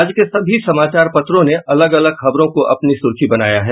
आज के सभी समाचार पत्रों ने अलग अलग खबरों को अपनी सुर्खी बनाया है